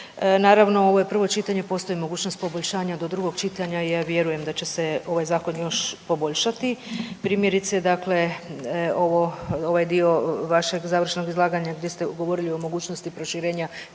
Naravno ovo je prvo čitanje. Postoji mogućnost poboljšanja do drugog čitanja i ja vjerujem da će se ovaj zakon još poboljšati. Primjerice dakle ovaj dio vašeg završnog izlaganja gdje ste govorili o mogućnosti proširenja